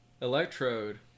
electrode